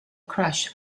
crush